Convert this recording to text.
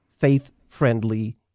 faith-friendly